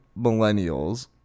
millennials